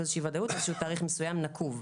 ודאות, תאריך מסוים נקוב.